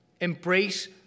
Embrace